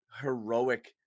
heroic